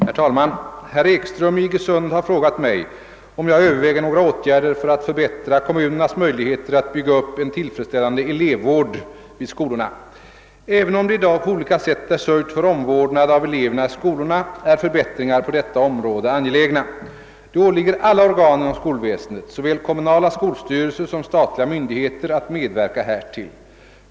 Herr talman! Herr Ekström i Iggesund har frågat mig om jag överväger några åtgärder för att förbättra kommunernas möjligheter att bygga upp en tillfredsställande elevvård vid skolorna. Även om det i dag på olika sätt är sörjt för omvårdnad om eleverna i skolorna är förbättringar på detta område angelägna. Det åligger alla organ inom skolväsendet, såväl kommunala skolstyrelser som statliga myndigheter att medverka härtill.